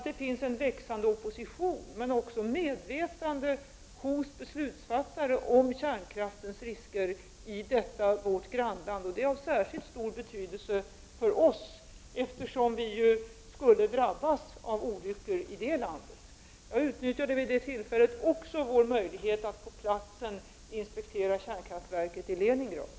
Det finns en växande opposition bland men också ett medvetande hos beslutsfattarna om kärnkraftens risker i detta vårt grannland. Det är av särskild stor betydelse för oss, eftersom vi ju skulle drabbas av en eventuell olycka i det landet. Jag utnyttjade vid detta tillfälle också möjligheten att på plats inspektera kärnkraftverket i Leningrad.